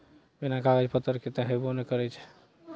बिना कागज पत्तरके तऽ हेबो नहि करै छै